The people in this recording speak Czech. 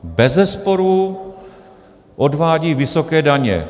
Bezesporu odvádí vysoké daně.